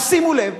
אז שימו לב,